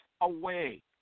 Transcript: away